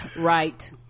right